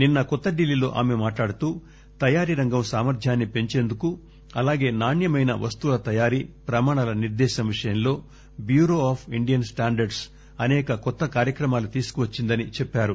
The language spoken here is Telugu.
నిన్న కొత్తడిల్లీలో ఆమె మాట్లాడుతూ తయారీరంగం సామర్ధ్యాన్ని పెంచేందుకు అలాగే నాణ్యమైన వస్తువుల తయారీ ప్రమాణాల నిర్దేశం విషయంలో బ్యూరో ఆఫ్ ఇండియన్ స్టాండర్డ్స్ అసేక కొత్త కార్యక్రమాలు తీసుకువచ్చిందని చెప్పారు